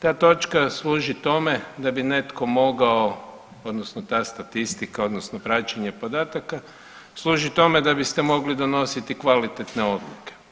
Ta točka služi tome da bi netko mogao odnosno ta statistika odnosno praćenje podataka služi tome da biste mogli donositi kvalitetne odluke.